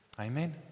Amen